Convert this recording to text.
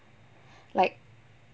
like